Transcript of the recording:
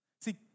See